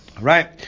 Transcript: Right